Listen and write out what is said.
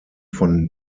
von